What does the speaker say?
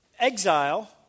Exile